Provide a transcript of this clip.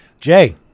Jay